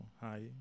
hi